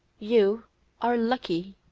you are lucky.